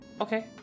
Okay